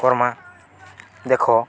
କର୍ମା ଦେଖ